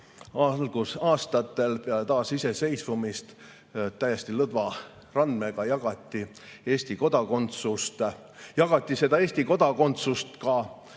algusaastatel peale taasiseseisvumist täiesti lõdva randmega jagati Eesti kodakondsust, jagati Eesti kodakondsust ka